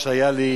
שאפשר לרצוח